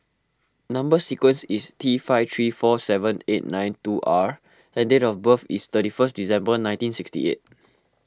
Number Sequence is T five three four seven eight nine two R and date of birth is thirty first December nineteen sixty eight